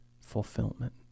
fulfillment